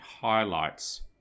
highlights